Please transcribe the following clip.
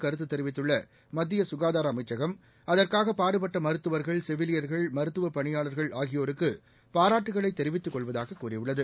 கருத்து தெரிவித்துள்ள மத்திய சுகாதார அமைச்சகம் அதற்காக பாடுபட்ட மருத்துவர்கள் செவிலியர்கள் மருத்துவப் பணியாளர்கள் ஆகியோருக்கு பாராட்டுகளை தெரிவித்துக்கொள்வதாக கூறியுள்ளது